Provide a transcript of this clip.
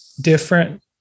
different